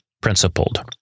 principled